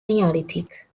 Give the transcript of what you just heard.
neolithic